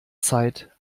zeit